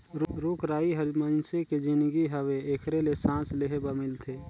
रुख राई हर मइनसे के जीनगी हवे एखरे ले सांस लेहे बर मिलथे